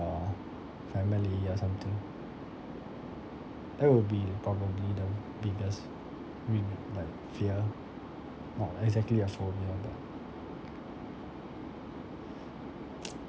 family or something that would be probably the biggest win like fear not exactly a phobia but